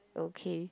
okay